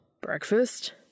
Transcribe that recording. Breakfast